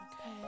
okay